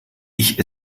ich